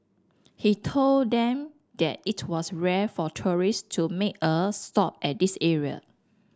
he told them that it was rare for tourist to make a stop at this area